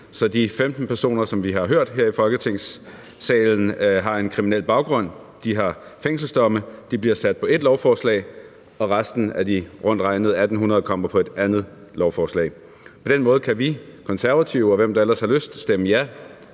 så de 15 personer, som vi har hørt her i Folketingssalen har en kriminel baggrund – de har fængselsdomme – bliver sat på et lovforslag, og at resten af de rundt regnet 1.800 kommer på et andet lovforslag. På den måde kan vi Konservative, og hvem der ellers har lyst, stemme ja